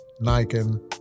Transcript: Nikon